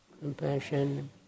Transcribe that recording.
compassion